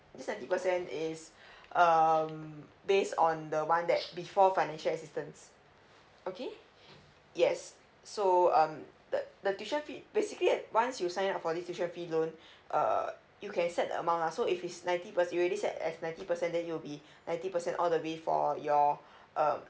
this ninety percent is um base on the one that before financial assistance okay yes so um the the tuition fee basically at once you sign up for this tuition fee loan err you can set the amount lah so it's ninety per you already set at ninety percent then it will be ninety percent all the way for your um